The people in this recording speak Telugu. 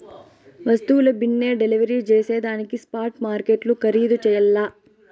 వస్తువుల బిన్నే డెలివరీ జేసేదానికి స్పాట్ మార్కెట్లు ఖరీధు చెయ్యల్ల